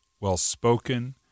well-spoken